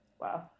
Wow